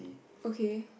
okay